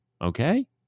Okay